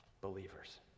believers